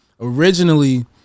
Originally